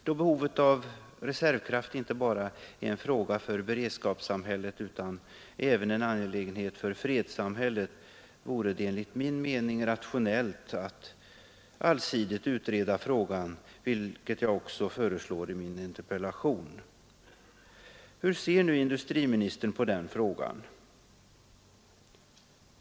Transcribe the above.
Då behovet av reservkraft inte bara är en fråga för beredskapssamhället utan även en angelägenhet för fredssamhället vore det enligt min mening rationellt att allsidigt utreda frågan, vilket jag också föreslår i min interpellation. Hur ser nu industriministern på den frågan?